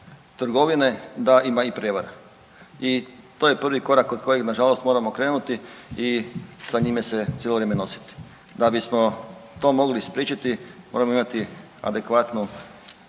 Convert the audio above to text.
da ima i prijevare. I to je prvi korak od kojeg nažalost moramo krenuti i sa njime se cijelo vrijeme nositi. Da bismo to mogli spriječiti moramo imati adekvatnu